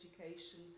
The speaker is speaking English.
education